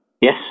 Yes